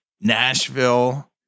Nashville